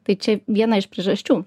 tai čia viena iš priežasčių